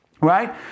right